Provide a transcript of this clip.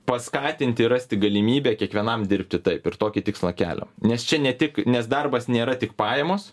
paskatinti rasti galimybę kiekvienam dirbti taip ir tokį tikslą keliam nes čia ne tik nes darbas nėra tik pajamos